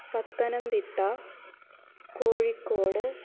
Pathanamthitta Kozhikode